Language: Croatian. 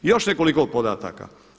I još nekoliko podataka.